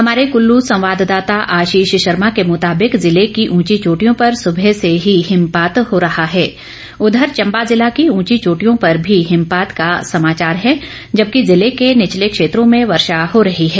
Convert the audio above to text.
हमारे कुल्लू संवाददाता आशीष शर्मा के मुताबिक कुल्लू जिले की उंची चोटियों पर सुबह से ही हिमपात हो रहा है उधर चंबा जिला की उंची चोटियों पर भी हिमपात का समाचार है जब की जिले के निचले क्षेत्रों में वर्षा हो रही है